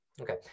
okay